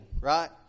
right